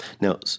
Now